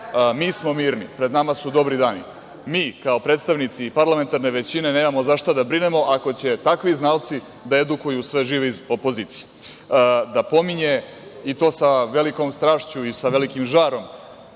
mi smo mirni, pred nama su dobri dani. Mi, kao predstavnici parlamentarne većine nemamo za šta da brinemo, ako će takvi znalci da edukuju sve žive iz opozicije. Da pominje, i to sa velikom strašću i sa velikim žarom,